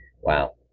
wow